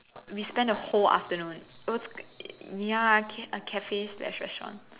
we spent the whole afternoon it was ya a cafe slash restaurant